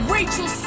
Rachel